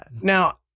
Now